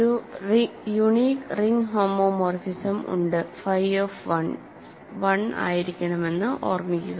ഒരു unique ring homomorphism ഉണ്ട് phi of 1 1 ആയിരിക്കണമെന്ന് ഓർമ്മിക്കുക